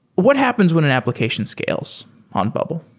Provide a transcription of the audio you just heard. what happens when an application scales on bubble?